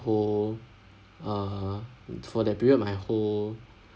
whole err for that period my whole